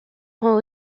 rend